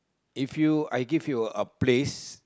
if you I give you a place